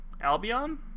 Albion